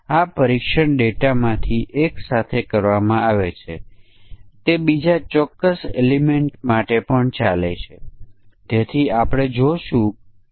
આપણે મૂળ રકમ ના બે સમકક્ષ વર્ગને ઓળખી શકીએ છીએ એકની સંખ્યા 1 લાખથી ઓછી છે અને બીજી 1 લાખ કરતા વધુ છે